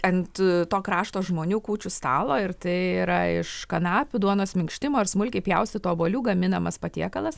ant to krašto žmonių kūčių stalo ir tai yra iš kanapių duonos minkštimo ir smulkiai pjaustytų obuolių gaminamas patiekalas